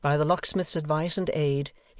by the locksmith's advice and aid,